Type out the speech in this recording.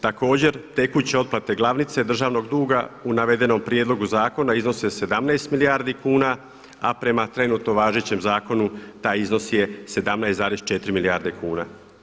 Također tekuće otplate glavnice državnog duga u navedenom prijedlogu zakona iznose 17 milijardi kuna, a prema trenutno važećem zakonu taj iznos je 17,4 milijarde kuna.